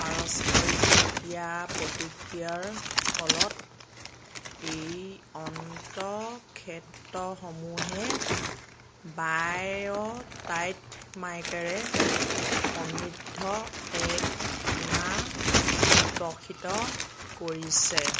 পাৰস্পৰিক ক্ৰিয়া প্ৰতিক্ৰিয়াৰ ফলত এই অন্তঃক্ষেত্ৰ সমূহে বায়'টাইট মাইকাৰে সমৃদ্ধ এক সীমা বিকশিত কৰিছে